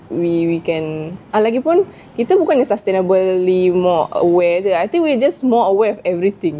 we we can lagipun kita bukannya sustainably more aware jer I think we just more aware of everything